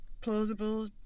plausible